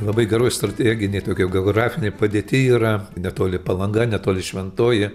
labai geroj strateginėj tokioj geografinėj padėty yra netoli palanga netoli šventoji